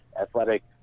athletic